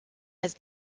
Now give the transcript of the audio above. has